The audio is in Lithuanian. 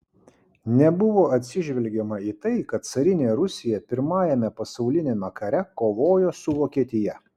nebuvo atsižvelgiama į tai kad carinė rusija pirmajame pasauliniame kare kovojo su vokietija